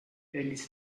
ellis